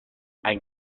ein